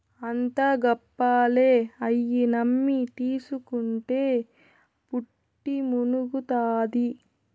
అంతా గప్పాలే, అయ్యి నమ్మి తీస్కుంటే పుట్టి మునుగుతాది